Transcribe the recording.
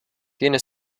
tiene